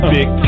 Big